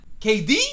KD